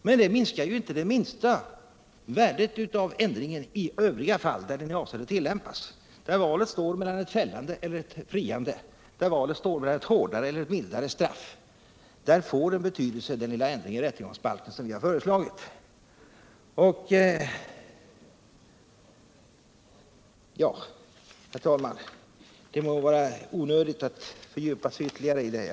Men det minskar ju inte på minsta sätt värdet av ändringen i övriga fall, där den är avsedd att tillämpas och där valet står mellan friande och fällande eller mellan hårdare och mildare straff. Där får den lilla ändring i rättegångsbalken som vi föreslagit betydelse. Herr talman! Det må vara onödigt att fördjupa sig ytterligare i frågan.